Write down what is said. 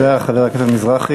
תודה, חבר הכנסת מזרחי.